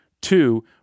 Two